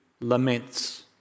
laments